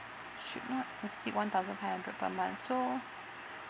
should not exceed one thousand five hundred per month so